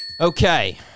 Okay